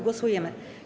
Głosujemy.